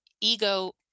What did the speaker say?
ego